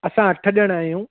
असां अठ ॼणा आहियूं